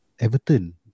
Everton